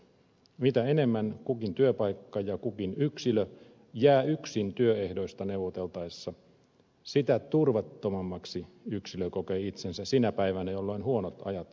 mitä enemmän kukin työpaikka ja kukin yksilö jää yksin työehdoista neuvoteltaessa sitä turvattomammaksi yksilö kokee itsensä sinä päivänä jolloin huonot ajat koittavat